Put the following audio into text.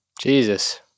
jesus